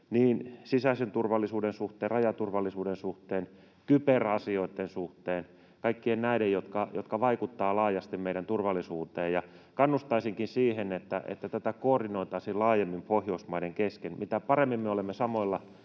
sisäisen turvallisuuden suhteen, rajaturvallisuuden suhteen, kyberasioitten suhteen, kaikkien näiden, jotka vaikuttavat laajasti meidän turvallisuuteen? Ja kannustaisinkin siihen, että tätä koordinoitaisiin laajemmin Pohjoismaiden kesken. Mitä paremmin me olemme samoilla